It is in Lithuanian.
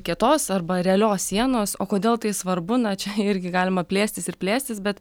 kietos arba realios sienos o kodėl tai svarbu na čia irgi galima plėstis ir plėstis bet